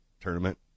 tournament